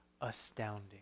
astounding